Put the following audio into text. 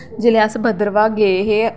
जेल्लै अस भद्रवाह् गे हे